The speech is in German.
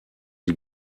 die